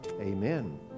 Amen